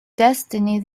destiny